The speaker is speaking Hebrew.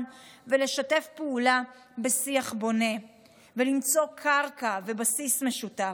ולשתף פעולה בשיח בונה ולמצוא קרקע ובסיס משותף.